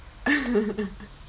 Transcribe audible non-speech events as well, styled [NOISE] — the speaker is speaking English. [LAUGHS]